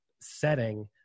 setting